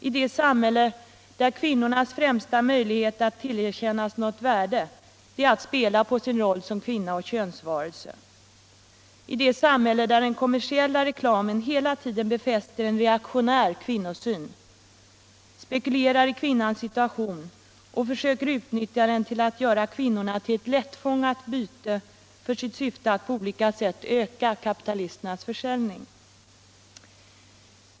i det samhälle där kvinnornas främsta möjlighet att tillerkännas något värde är att spela på sin roll som kvinna och könsvarelse, i det samhälle där den kommersiella reklamen hela tiden befäster en reaktionär kvinnosyn, spekulerar i kvinnans situation och försöker utnyttja den till att göra kvinnorna till ett lättfångat byte för sitt syfte att på olika sätt öka kapitalisternas försäljning.